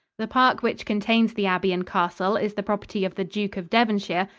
the park which contains the abbey and castle is the property of the duke of devonshire,